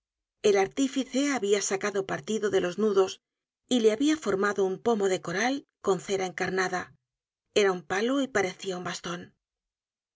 el artífice habia sacado partido de los nudos y le habia formado un pomo de coral con cera encarnada era un palo y parecia un baston